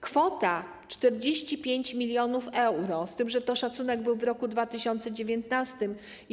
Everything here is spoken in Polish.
Kwota: 45 mln euro, z tym że ten szacunek był w roku 2019.